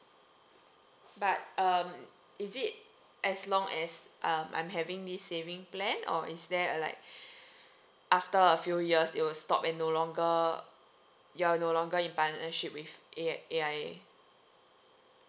but um is it as long as um I'm having this saving plan or is there like after a few years it will stop and no longer you're no longer in partnership with A A_I_A okay